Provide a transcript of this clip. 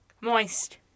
Moist